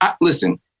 Listen